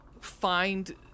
find